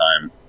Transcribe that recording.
time